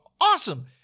awesome